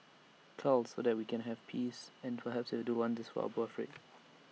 cull so that we can have peace and perhaps it'll do wonders for our birthrate